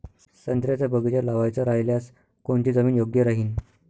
संत्र्याचा बगीचा लावायचा रायल्यास कोनची जमीन योग्य राहीन?